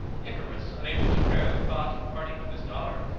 icarius, unable to bear the thoughts of parting with his daughter,